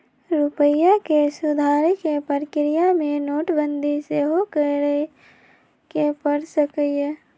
रूपइया के सुधारे कें प्रक्रिया में नोटबंदी सेहो करए के पर सकइय